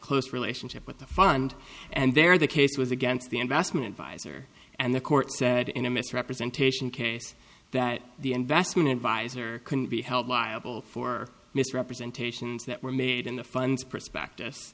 close relationship with the fund and there the case was against the investment advisor and the court said in a misrepresentation case that the investment adviser couldn't be held liable for misrepresentations that were made in the funds prospectus